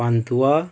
pantua